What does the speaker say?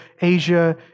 Asia